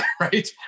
Right